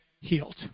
healed